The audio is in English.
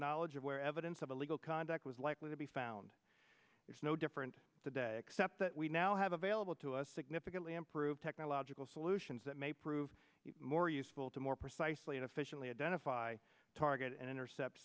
knowledge of where evidence of illegal conduct was likely to be found it's no different today except that we now have available to us significantly improve technological solutions that may prove more useful to more precisely and efficiently identify target and intercept